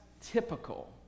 typical